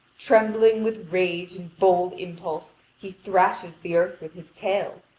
trembling with rage and bold impulse, he thrashes the earth with his tail,